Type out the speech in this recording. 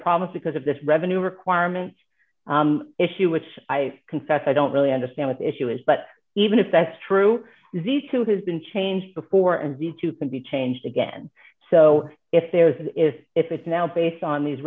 promise because of this revenue requirement issue which i confess i don't really understand what the issue is but even if that's true these two has been changed before and these two can be changed again so if there is if it's now based on these